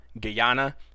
Guyana